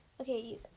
Okay